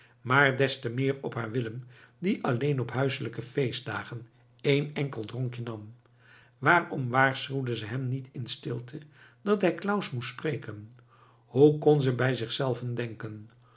maar destemeer op haar willem die alleen op huiselijke feestdagen één enkel dronkje nam waarom waarschuwde ze hem niet in stilte dat hij claus moest spreken hoe kon ze bij zichzelve denken